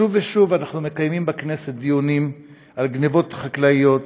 שוב ושוב אנחנו מקיימים בכנסת דיונים על גנבות חקלאיות